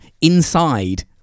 inside